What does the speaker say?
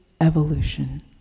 evolution